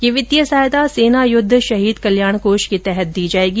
यह वित्तीय सहायता सेना युद्ध शहीद कल्याण कोष के तहत दी जाएगी